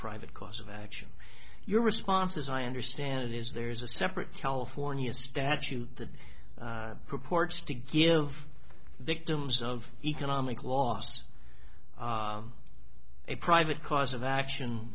private cause of action your response as i understand it is there's a separate california statute that purports to give victims of economic loss a private cause of action